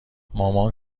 مامان